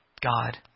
God